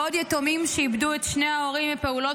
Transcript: בעוד יתומים שאיבדו את שני ההורים בפעולות